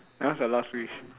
what's the last wish